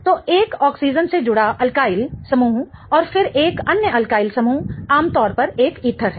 तो एक ऑक्सीजन से जुड़ा अल्किल समूह और फिर एक अन्य अल्किल समूह आमतौर पर एक ईथर है